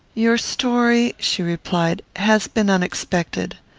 your story, she replied, has been unexpected.